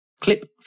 Clip